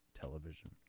television